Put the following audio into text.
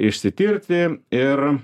išsitirti ir